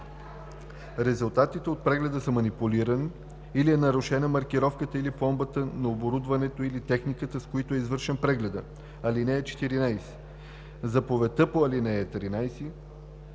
резултатите от прегледа са манипулирани или е нарушена маркировката или пломбата на оборудването или техниката, с които е извършен прегледа. (14) Заповедта по ал. 13